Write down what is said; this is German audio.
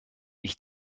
ich